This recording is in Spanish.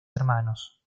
hermanos